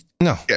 No